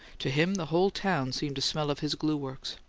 to him the whole town seemed to smell of his glue-works.